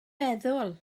meddwl